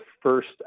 first